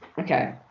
Okay